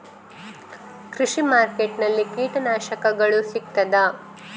ಕೃಷಿಮಾರ್ಕೆಟ್ ನಲ್ಲಿ ಕೀಟನಾಶಕಗಳು ಸಿಗ್ತದಾ?